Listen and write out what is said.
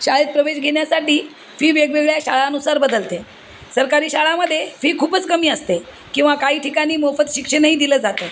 शाळेत प्रवेश घेण्यासाठी फी वेगवेगळ्या शाळानुसार बदलते सरकारी शाळामध्ये फी खूपच कमी असते किंवा काही ठिकाणी मोफत शिक्षणही दिलं जातं